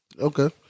Okay